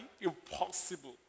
impossible